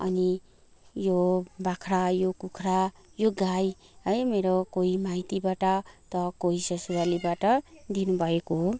अनि यो बाख्रा यो कुखुरा यो गाई है मेरो कोही माइतीबाट त कोही ससुरालीबाट दिनुभएको हो